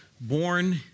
born